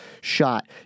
shot